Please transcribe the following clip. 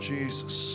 Jesus